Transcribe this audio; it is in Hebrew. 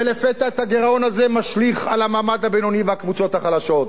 ולפתע את הגירעון הזה משליך על המעמד הבינוני והקבוצות החלשות.